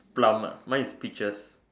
plum ah mine is peaches